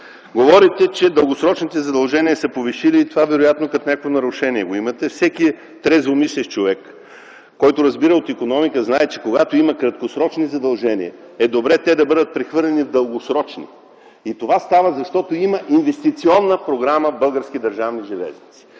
говорите, че дългосрочните задължения са се повишили и вероятно това го имате като някакво нарушение. Всеки трезво мислещ човек, който разбира от икономика, знае, че когато има краткосрочни задължения, е добре те да бъдат прехвърлени в дългосрочни. Това става, защото има Инвестиционна програма в